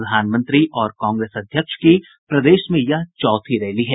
प्रधानमंत्री और कांग्रेस अध्यक्ष की प्रदेश में यह चौथी रैली है